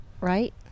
Right